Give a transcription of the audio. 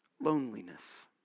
Loneliness